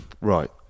Right